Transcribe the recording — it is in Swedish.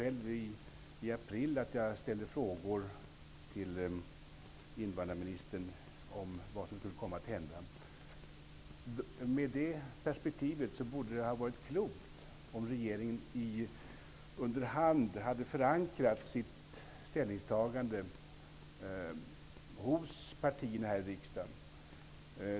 Jag minns att jag själv i april ställde frågor till invandrarministern om vad som skulle komma att hända. I det perspektivet borde det ha varit klokt om regeringen under hand hade förankrat sitt ställningstagande hos partierna i riksdagen.